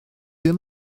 ddim